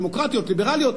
דמוקרטיות ליברליות.